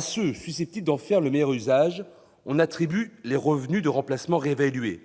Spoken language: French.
sont susceptibles d'en faire le meilleur usage, on attribue les revenus de remplacement réévalués ;